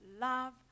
love